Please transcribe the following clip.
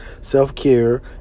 self-care